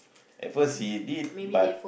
at first he did but